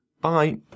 Bye